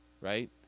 right